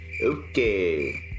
Okay